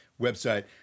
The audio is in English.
website